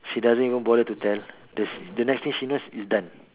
she doesn't even bother to tell the the next thing she knows it's done